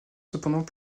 cependant